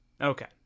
Okay